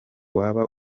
waba